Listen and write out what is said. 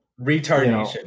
retardation